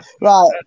Right